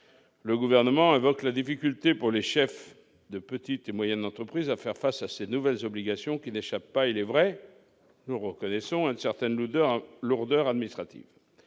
Le Gouvernement invoque la difficulté, pour les chefs de petites et moyennes entreprises, à faire face à ces nouvelles obligations, qui ne sont pas exemptes, il est vrai, d'une certaine lourdeur administrative.